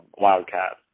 wildcats